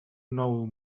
nou